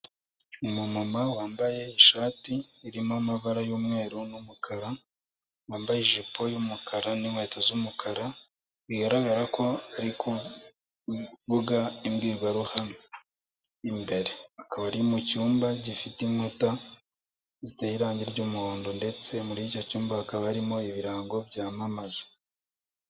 Umumama wambaye ishati irimo amabara y'umweru n'umukara, wambaye ijipo y'umukara n'inkweto z'umukara, bigaragara ko ari kuvuga imbwirwaruhame imbere. Akaba ari mu cyumba gifite inkuta ziteye irangi ry'umuhondo ndetse muri icyo cyumba hakaba harimo ibirango byamamaza.